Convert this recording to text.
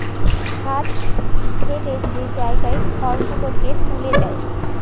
হাঁ ঠ্যালে যে জায়গায় খড় গুলালকে ত্যুলে দেয়